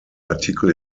artikel